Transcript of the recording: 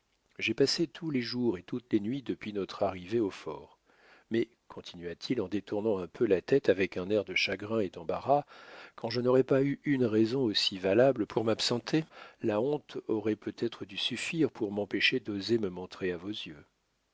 j'ai passé tous les jours et toutes les nuits depuis notre arrivée au fort mais continua-t-il en détournant un peu la tête avec un air de chagrin et d'embarras quand je n'aurais pas eu une raison aussi valable pour m'absenter la honte aurait peut-être dû suffire pour m'empêcher d'oser me montrer à vos yeux